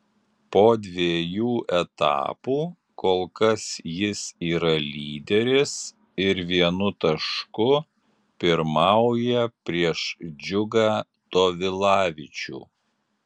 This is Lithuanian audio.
po dviejų etapų kol kas jis yra lyderis ir vienu tašku pirmauja prieš džiugą tovilavičių